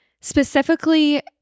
specifically